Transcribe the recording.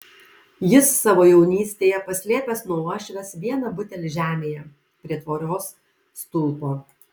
jis savo jaunystėje paslėpęs nuo uošvės vieną butelį žemėje prie tvoros stulpo